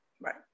Right